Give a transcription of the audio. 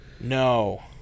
No